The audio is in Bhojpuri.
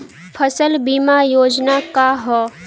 फसल बीमा योजना का ह?